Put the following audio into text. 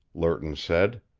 lerton said.